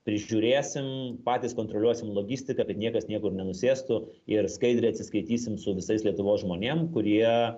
prižiūrėsim patys kontroliuosim logistiką kad niekas niekur nenusėstų ir skaidriai atsiskaitysim su visais lietuvos žmonėm kurie